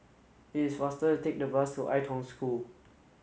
it is faster to take the bus to Ai Tong School